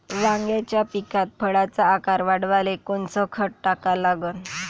वांग्याच्या पिकात फळाचा आकार वाढवाले कोनचं खत टाका लागन?